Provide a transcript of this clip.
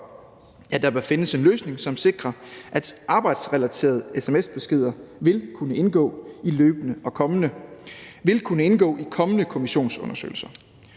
at der bør findes en løsning, som sikrer, at arbejdsrelaterede SMS-beskeder vil kunne indgå i kommende kommissionsundersøgelser.